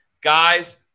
Guys